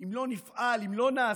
אם לא נפעל, אם לא נעשה,